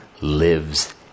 lives